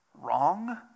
wrong